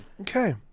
Okay